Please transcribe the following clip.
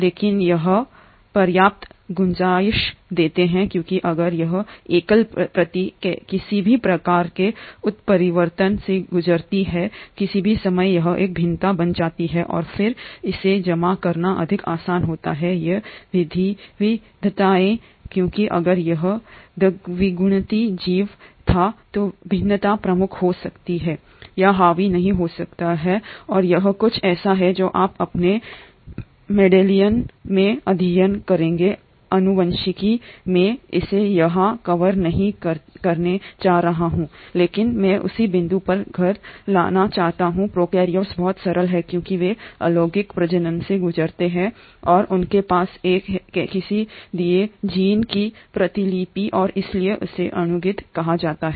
लेकिन यह पर्याप्त गुंजाइश देता है क्योंकि अगर यह एकल प्रति किसी भी प्रकार के उत्परिवर्तन से गुजरती है किसी भी समय यह एक भिन्नता बन जाती है और फिर इसे जमा करना अधिक आसान होता है ये विविधताएं क्योंकि अगर यह द्विगुणित जीव था तो भिन्नता प्रमुख हो सकती है या हावी नहीं हो सकता है और यह कुछ ऐसा है जो आप अपने मेंडेलियन में अध्ययन करेंगे आनुवांशिकी मैं इसे यहां कवर नहीं करने जा रहा हूं लेकिन मैं उसी बिंदु पर घर लाना चाहता हूं प्रोकैरियोट्स बहुत सरल हैं क्योंकि वे अलैंगिक प्रजनन से गुजरते हैं और उनके पास एक है किसी दिए गए जीन की प्रतिलिपि और इसलिए उसे अगुणित कहा जाता है